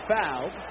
fouled